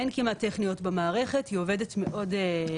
אין כמעט תקלות טכניות במערכת; היא עובדת מאוד חלק,